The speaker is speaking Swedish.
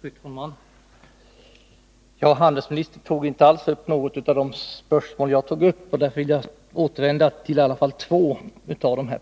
Fru talman! Handelsministern tog inte upp ett enda av mina spörsmål. Därför vill jag återvända till i varje fall två